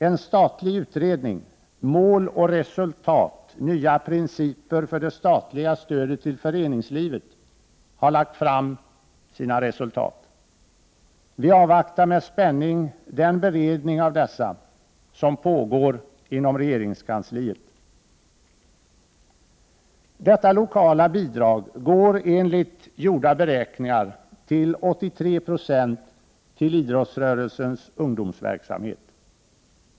En statlig utredning, Mål och resultat — nya principer för det statliga stödet till föreningslivet, har lagt fram sina resultat. Vi avvaktar med spänning den beredning av dessa som pågår inom regeringskansliet. Detta lokala bidrag går enligt gjorda beräkningar till 83 26 till idrottsrörelsens ungdomsverksamhet.